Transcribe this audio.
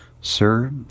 Sir